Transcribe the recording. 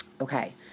Okay